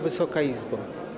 Wysoka Izbo!